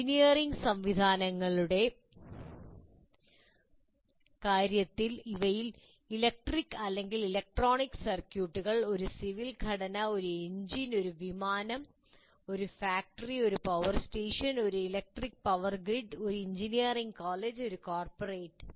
engineering സംവിധാനങ്ങളുടെ കാര്യത്തിൽ അവയിൽ ഇലക്ട്രിക് അല്ലെങ്കിൽ ഇലക്ട്രോണിക്സ് സർക്യൂട്ടുകൾ ഒരു സിവിൽ ഘടന ഒരു എഞ്ചിൻ ഒരു വിമാനം ഒരു ഫാക്ടറി ഒരു പവർ സ്റ്റേഷൻ ഒരു ഇലക്ട്രിക് പവർ ഗ്രിഡ് ഒരു എഞ്ചിനീയറിംഗ് കോളേജ് ഒരു കോർപ്പറേറ്റ്